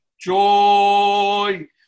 joy